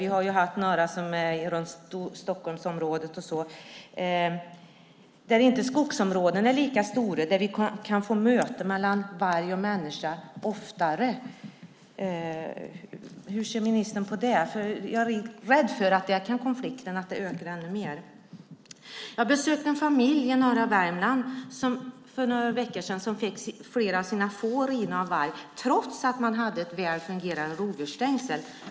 Vi har ju haft några i Stockholmsområdet där inte skogsområdena är lika stora och vi alltså kan få möte mellan varg och människa oftare. Hur ser ministern på det? Jag är rädd för att konflikterna där kan öka ännu mer. Jag besökte en familj i norra Värmland för några veckor sedan som fått flera av sina får rivna av varg, trots att de hade ett väl fungerande rovdjursstängsel.